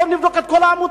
בואו נבדוק את כל העמותות.